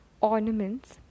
ornaments